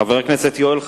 חבר הכנסת יואל חסון.